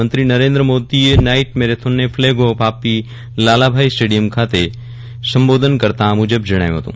પ્રધાનમંત્રી નરેન્દ્ર મોદીએ નાઈટ મેરેથોનને ફલેગ ઓફ આપી લાલાભાઈ સ્ટેડીયમ ખાતે સંબોધન કરતા આ મુજબ જણાવ્યું હતું